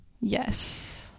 yes